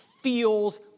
feels